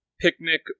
picnic